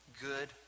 good